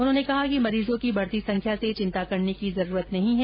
उन्होंने कहा कि मरीजों की बढती संख्या से चिंता करने की जरूरत नहीं है